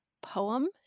poem